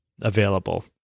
available